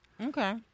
Okay